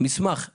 מסמך ביטון,